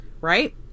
right